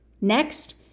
Next